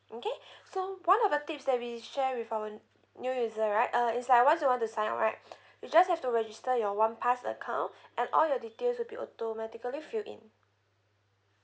okay so one of the tips that we share with our new user right uh it's like once you want to sign up right you just have to register your one pass account and all the details will be automatically filled in